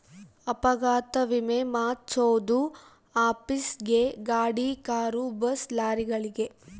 ಅಪಘಾತ ವಿಮೆ ಮಾದ್ಸೊದು ಆಫೀಸ್ ಗೇ ಗಾಡಿ ಕಾರು ಬಸ್ ಲಾರಿಗಳಿಗೆ